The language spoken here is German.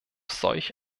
solch